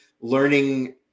Learning